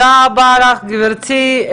תודה לך, גברתי.